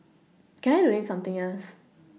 can I donate something else